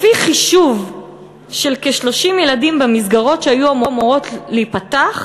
לפי חישוב של כ-30 ילדים במסגרות שהיו אמורות להיפתח,